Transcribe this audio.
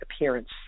appearance